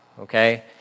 okay